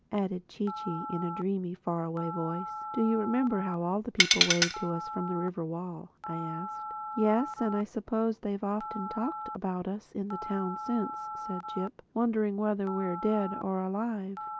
added chee-chee in a dreamy, far-away voice. do you remember how all the people waved to us from the river-wall? i asked. yes. and i suppose they've often talked about us in the town since, said jip wondering whether we're dead or alive.